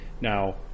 Now